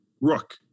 Rook